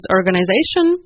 organization